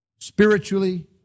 spiritually